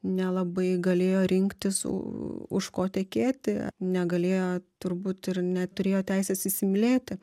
nelabai galėjo rinktis u už ko tekėti negalėjo turbūt ir neturėjo teisės įsimylėti